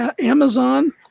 Amazon